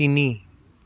তিনি